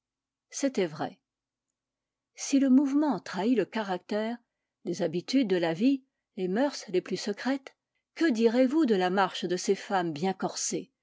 c'était vrai si le mouvement trahit le caractère les habitudes de la vie les mœurs les plus secrètes que direz-vous de la marche de ces femmes bien corsées